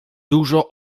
dużo